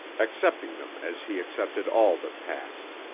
accepting them as he accepted all that passed.